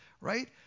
right